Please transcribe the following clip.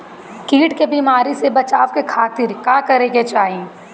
कीट के बीमारी से बचाव के खातिर का करे के चाही?